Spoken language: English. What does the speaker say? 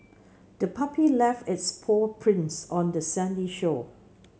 the puppy left its paw prints on the sandy shore